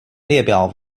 列表